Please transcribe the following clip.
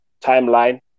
timeline